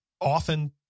often